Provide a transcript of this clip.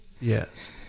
Yes